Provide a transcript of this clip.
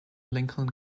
lincoln